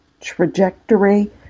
trajectory